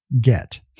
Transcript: get